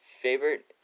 favorite